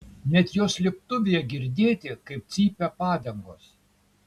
net jos slėptuvėje girdėti kaip cypia padangos